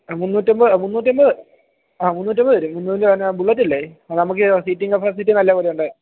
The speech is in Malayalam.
ആ മുന്നൂറ്റമ്പത് മുന്നൂറ്റമ്പത് ആ മൂന്നുറ്റമ്പത് വരും എന്നു പറഞ്ഞാൽ പിന്നെ ബുള്ളറ്റല്ലേ നമുക്ക് സീറ്റിങ് കപ്പാസിറ്റി നല്ലത് പോലെ ഉണ്ട്